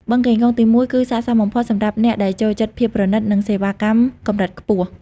បឹងកេងកងទី១ គឺស័ក្តិសមបំផុតសម្រាប់អ្នកដែលចូលចិត្តភាពប្រណីត និងសេវាកម្មកម្រិតខ្ពស់។